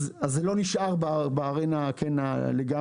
זה לא נשאר לגמרי בארנה של